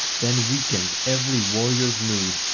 then weakened every warrior's mood,